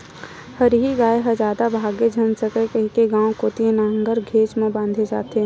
हरही गाय ह जादा भागे झन सकय कहिके गाँव कोती लांहगर घेंच म बांधे जाथे